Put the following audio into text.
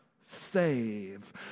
save